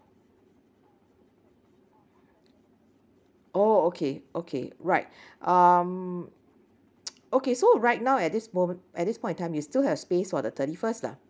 oh okay okay right um okay so right now at this mo~ at this point in time you still have space for the thirty first lah